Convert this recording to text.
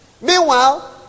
Meanwhile